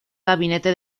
gabinete